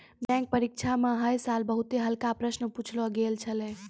bank परीक्षा म है साल बहुते हल्का प्रश्न पुछलो गेल छलै